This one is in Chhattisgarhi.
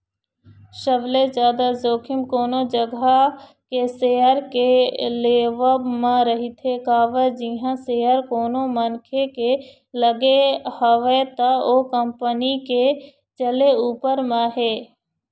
सबले जादा जोखिम कोनो जघा के सेयर के लेवब म रहिथे काबर जिहाँ सेयर कोनो मनखे के लगे हवय त ओ कंपनी के चले ऊपर म हे